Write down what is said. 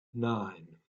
nine